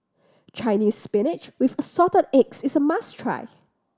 Chinese Spinach with Assorted Eggs is must try